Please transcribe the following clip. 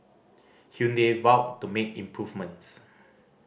Hyundai vowed to make improvements